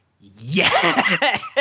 Yes